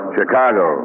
Chicago